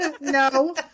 No